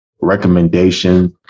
recommendation